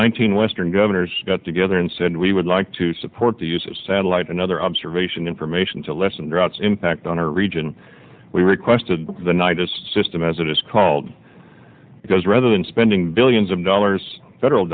thousand western governors got together and said we would like to support the use of satellite another observation information to lessen droughts impact on our region we requested the night a system as it is called because rather than spending billions of dollars federal